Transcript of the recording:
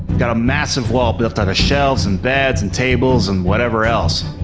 got a massive wall built out of shelves and beds and tables and whatever else.